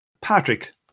Patrick